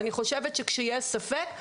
אני חושבת שכשיש ספק,